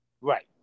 Right